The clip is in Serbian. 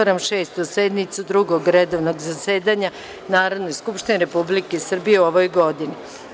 otvaram Šestu sednicu Drugog redovnog zasedanja Narodne skupštine Republike Srbije u 2015. godini.